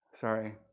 sorry